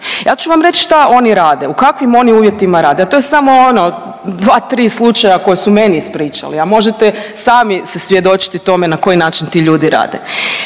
ja ću vam reći šta oni rade, u kakvim oni uvjetima rade, a to je samo ono, dva, tri slučaja koja su meni ispričali, a možete sami svjedočiti tome na koji način ti ljudi rade.